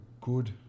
good